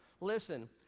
Listen